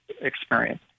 experience